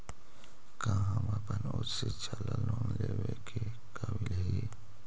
का हम अपन उच्च शिक्षा ला लोन लेवे के काबिल ही?